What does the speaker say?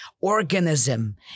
organism